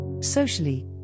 Socially